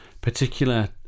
particular